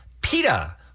Peta